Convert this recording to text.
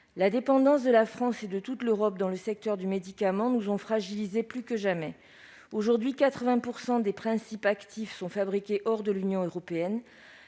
la dépendance de la France, comme de toute l'Europe, dans le secteur du médicament nous ont fragilisés plus que jamais. Aujourd'hui, 80 % des principes actifs sont fabriqués hors de l'Union européenne.